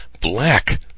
black